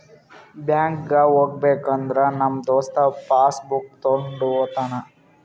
ಬ್ಯಾಂಕ್ಗ್ ಹೋಗ್ಬೇಕ ಅಂದುರ್ ನಮ್ ದೋಸ್ತ ಪಾಸ್ ಬುಕ್ ತೊಂಡ್ ಹೋತಾನ್